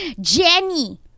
Jenny